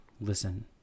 Listen